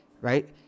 Right